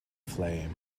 flame